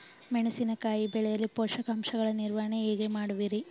ಮೆಣಸಿನಕಾಯಿ ಬೆಳೆಯಲ್ಲಿ ಪೋಷಕಾಂಶಗಳ ನಿರ್ವಹಣೆ ಹೇಗೆ ಮಾಡುವಿರಿ?